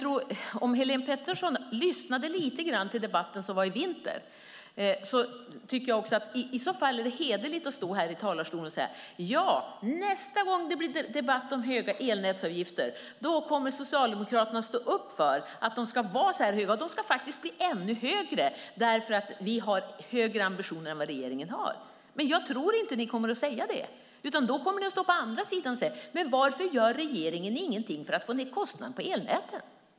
Om Helene Petersson lyssnade till debatten i vintras är det hederligt att stå i talarstolen och säga att nästa gång det blir debatt om höga elnätsavgifter kommer Socialdemokraterna att stå upp för att de ska vara höga och bli ännu högre därför att Socialdemokraternas ambitioner är högre än regeringens. Men jag tror inte att ni kommer att säga det. Då kommer ni att undra varför regeringen inte gör något för att få ned kostnaderna på elnäten.